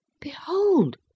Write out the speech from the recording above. Behold